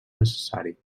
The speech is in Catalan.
necessari